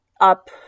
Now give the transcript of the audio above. up